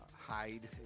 hide